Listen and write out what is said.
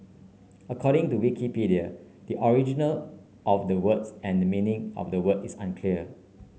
according to Wikipedia the original of the word and meaning of the word is unclear